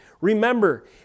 Remember